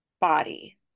body